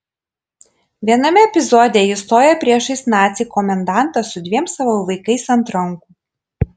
viename epizode ji stoja priešais nacį komendantą su dviem savo vaikais ant rankų